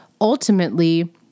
ultimately